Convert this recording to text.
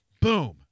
Boom